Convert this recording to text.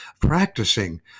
practicing